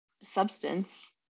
substance